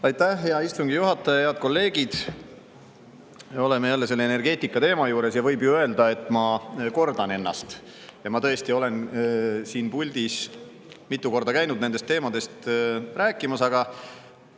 Aitäh, hea istungi juhataja! Head kolleegid! Me oleme jälle selle energeetikateema juures ja võib ju öelda, et ma kordan ennast. Ma tõesti olen siin puldis mitu korda käinud nendest teemadest rääkimas, aga